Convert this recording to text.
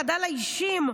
חדל האישים,